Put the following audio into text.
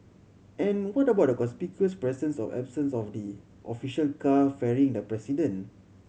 and what about the conspicuous presence or absence of the official car ferrying the president